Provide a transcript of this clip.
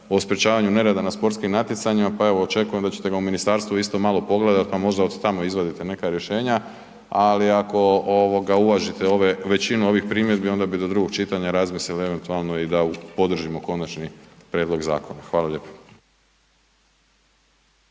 o sprječavanju nereda na sportskim natjecanjima pa evo, očekujem da ćete ga u ministarstvu isto malo pogledati pa možda od tamo izvadite neka rješenja, ali ako uvažite ove, većinu ovih primjedbi, onda bi do drugog čitanja razmislili eventualno i da podržimo konačni prijedlog zakona. Hvala lijepo.